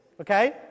Okay